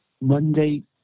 Monday